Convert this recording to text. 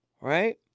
right